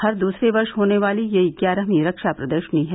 हर दूसरे वर्ष होने वाली यह ग्यारहवीं रक्षा प्रदर्शनी है